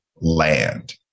land